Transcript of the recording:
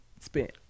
spent